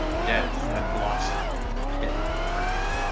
death had blossomed from the pit in the ground,